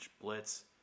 blitz